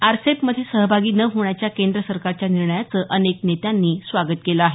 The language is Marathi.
आरसेपमध्ये सहभागी न होण्याच्या केंद्र सरकारच्या निर्णयाची अनेक नेत्यांनी प्रशंसा केली आहे